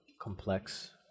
complex